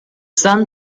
son